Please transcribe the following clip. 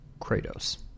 kratos